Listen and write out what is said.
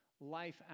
life